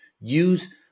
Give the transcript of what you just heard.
use